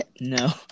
No